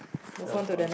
that was fun